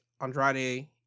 Andrade